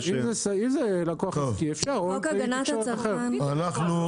נראה לי שזה משתנה לפי הצרכן עצמו.